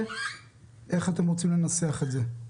איך אתם רוצים לנסח את זה?